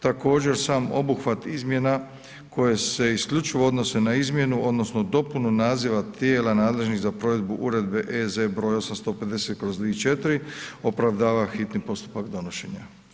Također sam obuhvat izmjena koje se isključivo odnose na izmjenu, odnosno dopunu naziva tijela nadležnih za provedbu Uredbe EZ br. 850/2004 opravdava hitni postupak donošenja.